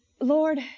Lord